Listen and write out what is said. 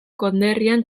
konderrian